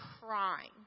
crying